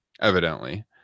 evidently